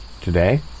today